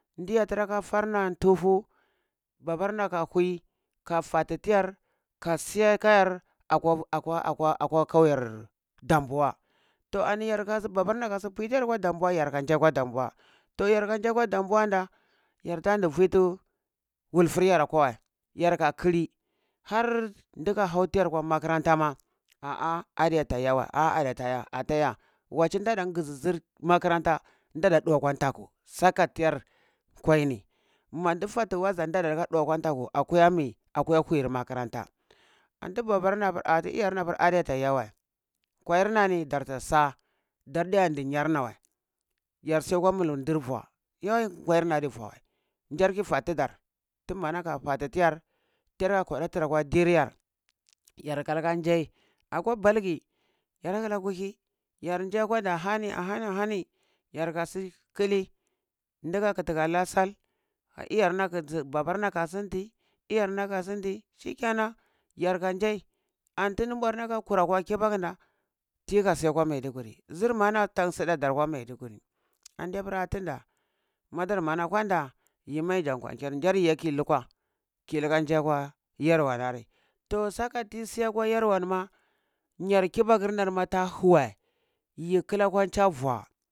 Di yeh tira ka far na ntufu babarna ka kui ka fati tiyar ka siya ka yar akwa akwa kawa kauyer damboa to ani yar ka babarna kasu pui tiya kwa damboa yar kan jiya kwa damboa to yar kwa ji yakwa damboan da, yar tan ndi vi tu wulfur yar akwa wəi yarka kili har dika hau tiyarakwa makaranta ma ah ah adiya ta iya wəi, at iya, waci da dan ngizi zir makranta ndada ɗuwa kwan ntaku, saka tiyar kwai ni, mandi fathi waza dadan lika ɗuwa akwan ntaku akuya mi, akuya huir makaranta anti babarna pur iyar na pur ade ta iya wəi kwayar na ni darta sa dar diya din yar na wəi yar siya kwa mulum ndir vua yo kwayar na adi vua wəi, ngyar kiyi fa tidar tum mana fati yar tira kuɗa tira kwa div yar, yarka lika jai akwa balgi yar likala kuli yar jai kwa ja ahani ahani ahani ahani yarka si kili ndika kiti ka la sal iyarna babarna ka sun nti iyarna ka sun nti shikenan yar kan jai, anti numbarna ka kurai akwa kibaku da tika siyakwa maiduguri zir mana tan sida dar kwa maiduguri ande pura, tunda madar mana kwanda, yima yi jan kwankir ngyar ye ki lukwa ki lika nji akwa yarwarari, to saka tiyi siyakwa yerwa nima yar kabakurna nima ta huuwəi yi kila kwa cha vua